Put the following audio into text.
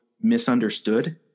misunderstood